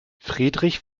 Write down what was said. friedrich